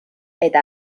eta